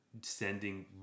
sending